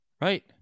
Right